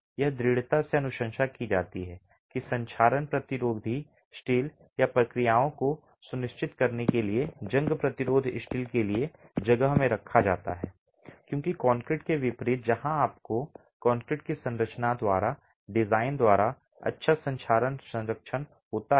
यह दृढ़ता से अनुशंसा की जाती है कि संक्षारण प्रतिरोधी स्टील या प्रक्रियाओं को सुनिश्चित करने के लिए जंग प्रतिरोध स्टील के लिए जगह में रखा जाता है क्योंकि कंक्रीट के विपरीत जहां आपको कंक्रीट की संरचना द्वारा डिजाइन द्वारा अच्छा संक्षारण संरक्षण होता है